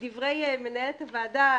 כדברי מנהלת הוועדה,